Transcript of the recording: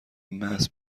محض